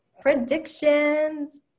predictions